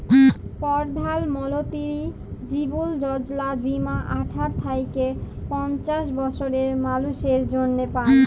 পরধাল মলতিরি জীবল যজলা বীমা আঠার থ্যাইকে পঞ্চাশ বসরের মালুসের জ্যনহে পায়